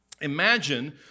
Imagine